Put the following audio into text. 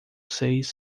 seis